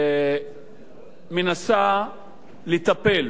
מנסה לטפל